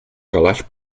calaix